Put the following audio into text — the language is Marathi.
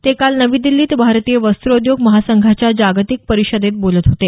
ते काल नवी दिल्लीत भारतीय वस्त्रोद्योग मंहासंघाच्या जागतिक परिषदेत बोलत होते